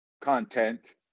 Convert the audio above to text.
content